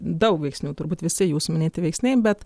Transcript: daug veiksnių turbūt visi jūsų minėti veiksniai bet